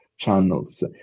Channels